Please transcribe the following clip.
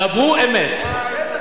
דבר אתה אמת.